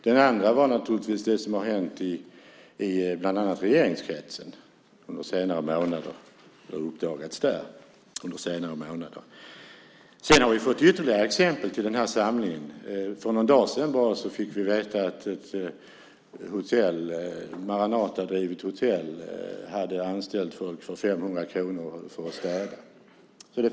Den andra var naturligtvis det som har uppdagats bland annat i regeringskretsen under de senaste månaderna. Sedan har vi fått ytterligare exempel till denna samling. För bara någon dag sedan fick vi veta att ett Maranatadrivet hotell hade anställt folk för 500 kronor för att de skulle städa.